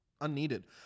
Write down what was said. unneeded